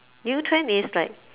new trend is like